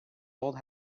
old